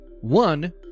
One